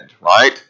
Right